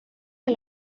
que